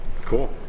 Cool